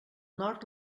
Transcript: nord